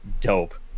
dope